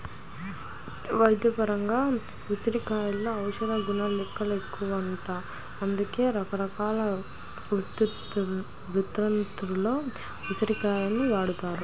వైద్యపరంగా ఉసిరికలో ఔషధగుణాలెక్కువంట, అందుకే రకరకాల ఉత్పత్తుల్లో ఉసిరి కాయలను వాడతారు